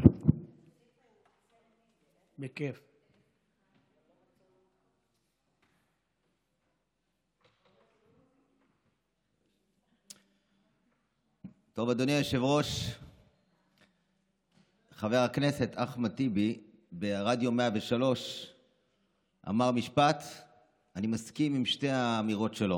חבר הכנסת אחמד טיבי אמר משפט ברדיו 103. אני מסכים עם שתי האמירות שלו: